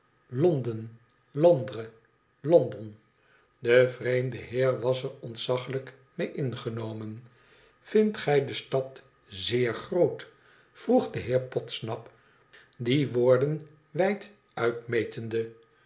londen londres london de vreemde heer was er ontzaglijk mee ingenomen vindt gij de stad zeer groot vroeg de heer podsnap die woorden wijd uitmetende